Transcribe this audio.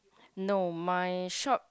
no my shop